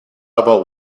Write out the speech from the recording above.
about